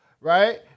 right